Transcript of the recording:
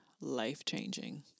life-changing